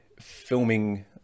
filming